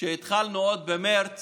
כשהתחלנו עוד במרץ